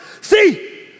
see